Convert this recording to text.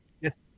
Yes